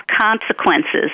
consequences